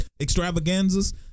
extravaganzas